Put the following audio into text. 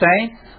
saints